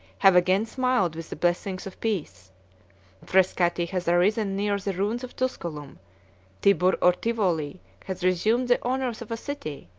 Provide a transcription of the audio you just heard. have again smiled with the blessings of peace frescati has arisen near the ruins of tusculum tibur or tivoli has resumed the honors of a city,